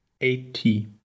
eighty